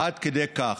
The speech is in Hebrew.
עד כדי כך.